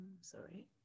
Sorry